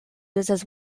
uses